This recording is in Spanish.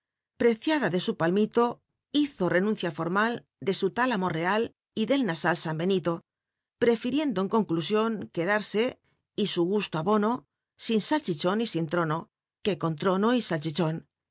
preciada de su palmito hizo renuncia formal de su tálamo real y del nasal ambe nito l reflriendo en conclusion quedar y su gusto abono sin salchichon y sin t rono que con trono y salchichon